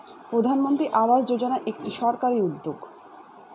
প্রধানমন্ত্রী আবাস যোজনা একটি সরকারি উদ্যোগ